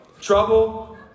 Trouble